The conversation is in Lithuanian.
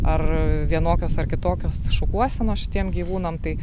ar vienokios ar kitokios šukuosenos šitiem gyvūnam tai